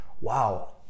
wow